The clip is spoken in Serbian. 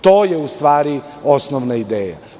To je, u stvari, osnovna ideja.